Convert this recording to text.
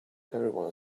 everyone